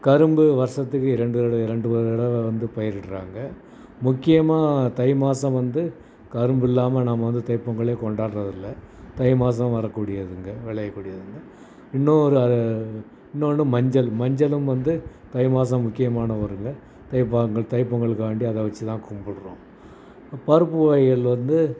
கரும்பு வருடத்துக்கு இரண்டு தடவை இரண்டு தடவை வந்து பயிரிட்றாங்க முக்கியமா தை மாதம் வந்து கரும்பு இல்லாமல் நாம வந்து தைப்பொங்கலே கொண்டாட்றதில்லை தை மாதம் வரக்கூடியதுங்க விளையக்கூடியதுங்க இன்னோரு இன்னொன்று மஞ்சள் மஞ்சளும் வந்து தை மாதம் முக்கியமான வருங்க தைபாகங்கள் தைப்பொங்கலுக்காகண்டி அதை வச்சு தான் கும்பிட்றோம் பருப்பு வகைகள் வந்து